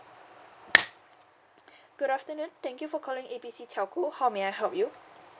good afternoon thank you for calling A B C telco how may I help you